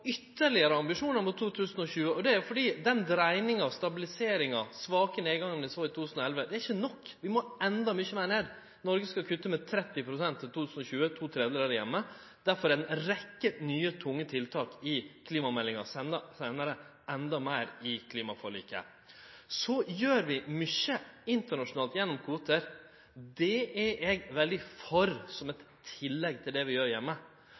ytterlegare ambisjonar mot 2020. Det er jo fordi den dreiinga, stabiliseringa og svake nedgangen vi såg i 2011, ikkje er nok. Vi må endå mykje meir ned. Noreg skal kutte med 30 pst. innan 2020, to tredelar her heime. Derfor er det ei rekkje nye, tunge tiltak i klimameldinga og – seinare – endå fleire i klimaforliket. Så gjer vi mykje internasjonalt gjennom kvotar. Det er eg veldig for, som eit tillegg til det vi gjer